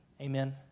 Amen